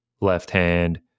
left-hand